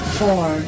four